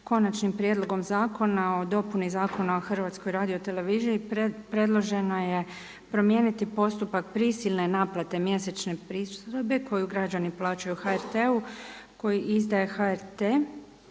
Konačnim prijedlogom zakona o dopuni Zakona o HRT-u predloženo je promijeniti postupak prisilne naknade mjesečne pristojbe koju građani plaćaju HRT-u, koji izdaje HRT